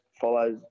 follows